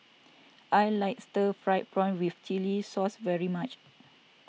I like Stir Fried Prawn with Chili Sauce very much